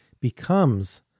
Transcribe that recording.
becomes